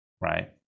right